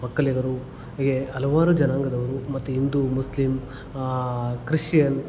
ಒಕ್ಕಲಿಗರು ಹಾಗೆ ಹಲವಾರು ಜನಾಂಗದವರು ಮತ್ತು ಹಿಂದೂ ಮುಸ್ಲಿಮ್ ಕ್ರಿಶ್ಶಿಯನ್